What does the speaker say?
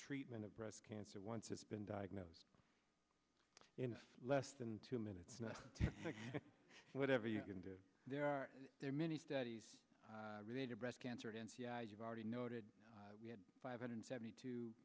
treatment of breast cancer once it's been diagnosed in less than two minutes whatever you can do there are there many studies related breast cancer you've already noted we had five hundred seventy two